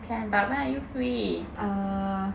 can but when you free